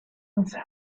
else